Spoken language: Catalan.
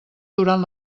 durant